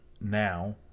now